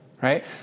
right